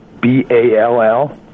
B-A-L-L